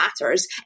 matters